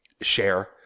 share